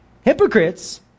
Hypocrites